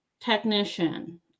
technician